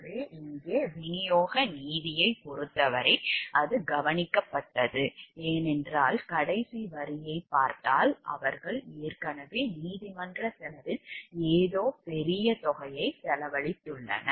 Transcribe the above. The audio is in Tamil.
எனவே இங்கே விநியோக நீதியைப் பொருத்தவரை அது கவனிக்கப்பட்டது ஏனென்றால் கடைசி வரியைப் பார்த்தால் அவர்கள் ஏற்கனவே நீதிமன்றச் செலவில் ஏதோ பெரிய தொகையைச் செலவழித்துள்ளனர்